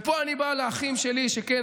ופה אני בא אל האחים שלי שכן,